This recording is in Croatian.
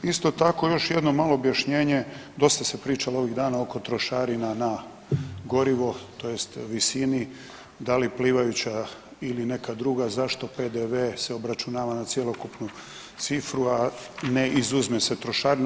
Isto tako još jedno malo objašnjenje, dosta se pričalo ovih dana oko trošarina na gorivo, tj. visini da li plivajuća ili neka druga, zašto PDV se obračunava na cjelokupnu cifru, a ne izuzme se trošarina.